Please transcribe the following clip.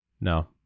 no